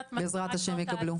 שבעזרת השם גם הם יקבלו.